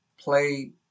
play